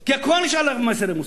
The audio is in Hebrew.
כי הכול, יש עליו מס ערך מוסף.